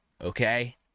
Okay